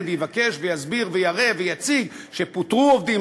ויבקש ויסביר ויראה ויציג שפוטרו עובדים,